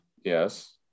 yes